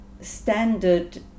standard